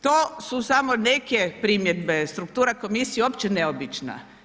To su samo neke primjedbe, struktura komisije uopće neobična.